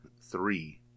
three